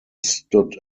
stood